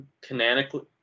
canonically